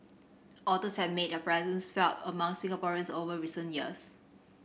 otters have made their presence felt among Singaporeans over recent years